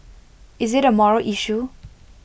is IT A moral issue